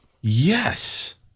Yes